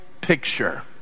picture